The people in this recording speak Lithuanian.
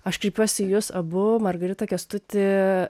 aš kreipiuosi į jus abu margarita kęstuti